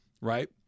right